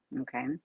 okay